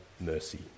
mercy